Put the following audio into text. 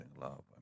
love